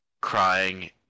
crying